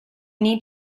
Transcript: need